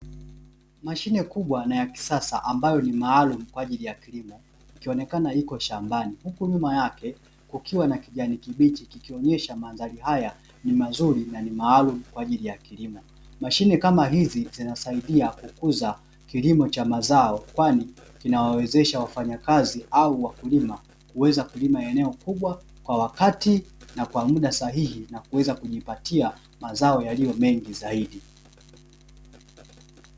Mashine kubwa na ya kisasa ambayo ni maalumu kwa ajili ya kilimo, ikionekana iko shambani huko nyuma yake kukiwa na kijani kibichi kikionyesha maandalizi haya ni mazuri na ni maalumu kwa ajili ya kilimo. Mashine kama hizi zinasaidia kukuza kilimo cha mazao kwani kinawawezesha wafanyakazi au wakulima kuweza kulima eneo kubwa kwa wakati na kwa muda sahihi na kuweza kujipatia mazao yaliyo mengi zaidi.